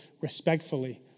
respectfully